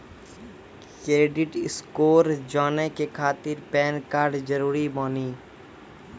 Credit score जाने के खातिर पैन कार्ड जरूरी बानी?